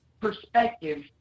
perspective